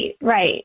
right